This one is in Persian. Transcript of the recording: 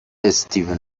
استیون